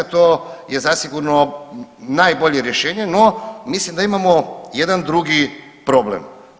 To je zasigurno najbolje rješenje, no mislim da imamo jedan drugi problem.